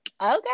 okay